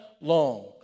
long